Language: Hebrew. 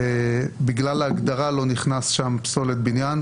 ובגלל ההגדרה לא נכנסה לתוכו פסולת בניין,